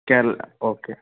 Kerala okay